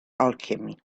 alchemy